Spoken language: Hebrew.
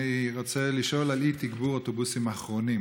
אני רוצה לשאול על אי-תגבור אוטובוסים אחרונים.